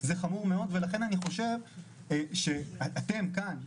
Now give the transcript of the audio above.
זה חמור מאוד ולכן אני חושב שאתם כאן,